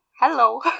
Hello